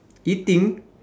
eating